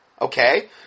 Okay